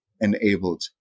enabled